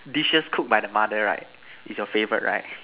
dishes cooked by the mother right is your favourite right